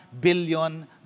billion